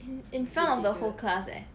in in front of the whole class eh